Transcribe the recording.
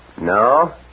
No